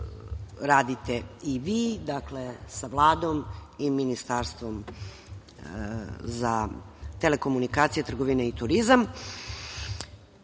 radite i vi sa Vladom i Ministarstvom za telekomunikacije, trgovinu i turizam. Ali